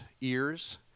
ears